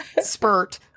spurt